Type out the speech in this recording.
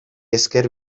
esker